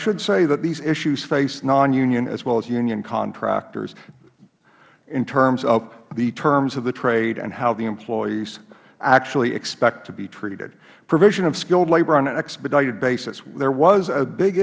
should say that these issues face non union as well as union contractors in terms of the terms of the trade and how the employees actually expect to be treated provision of skilled labor on an expedited basis there was a big